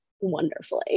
wonderfully